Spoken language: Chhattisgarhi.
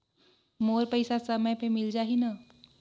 मोर पइसा समय पे मिल जाही न?